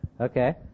Okay